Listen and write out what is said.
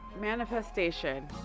manifestation